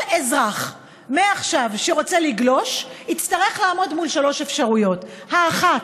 מעכשיו כל אזרח שרוצה לגלוש יצטרך לעמוד מול שלוש אפשרויות: האחת,